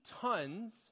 tons